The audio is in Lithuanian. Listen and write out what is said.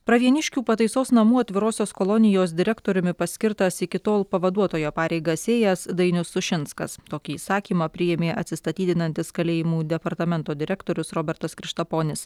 pravieniškių pataisos namų atvirosios kolonijos direktoriumi paskirtas iki tol pavaduotojo pareigas ėjęs dainius sušinskas tokį įsakymą priėmė atsistatydinantis kalėjimų departamento direktorius robertas krištaponis